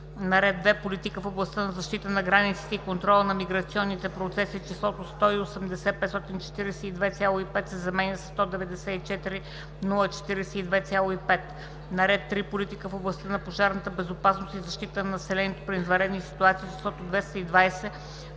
на ред 2. Политика в областта на защитата на границите и контрол на миграционните процеси числото „180 542,5“ се заменя със „194 042,5“; - на ред 3. Политика в областта на пожарната безопасност и защитата на населението при извънредни ситуации числото „220